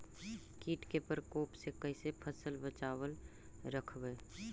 कीट के परकोप से कैसे फसल बचाब रखबय?